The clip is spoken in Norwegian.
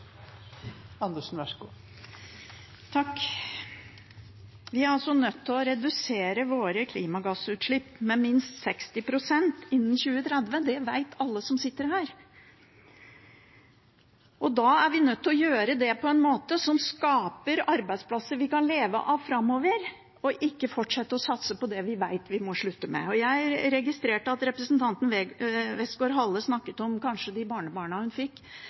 Vi er nødt til å redusere våre klimagassutslipp med minst 60 pst. innen 2030. Det vet alle som sitter her. Da er vi nødt til å gjøre det på en måte som skaper arbeidsplasser vi kan leve av framover, ikke fortsette å satse på det vi vet vi må slutte med. Jeg registrerte at representanten Westgaard-Halle snakket om de barnebarna hun